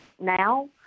now